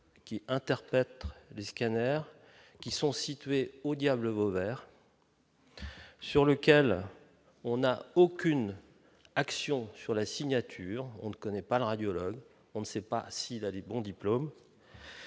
qui interprète des scanners qui sont situées au Diable Vauvert. Sur lequel on a aucune action sur la signature, on ne connaît pas le radiologue on ne sait pas s'il a des bon diplôme.